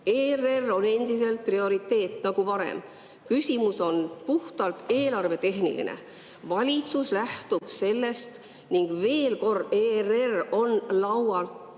ERR on endiselt prioriteet nagu varem, küsimus on puhtalt eelarvetehniline, valitsus lähtub sellest ning veel kord, ERR ei ole laualt